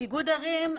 איגוד ערים,